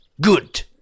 Good